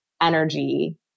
energy